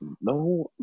No